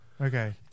Okay